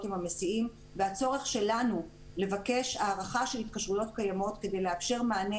עם המסיעים והצורך שלנו לבקש הארכה של התקשרויות קיימות כדי לאפשר מענה